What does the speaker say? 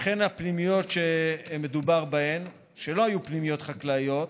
הפנימיות שמדובר בהן, שלא היו פנימיות חקלאיות,